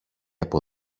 από